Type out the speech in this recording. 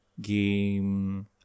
game